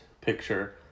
picture